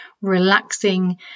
relaxing